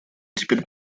теперь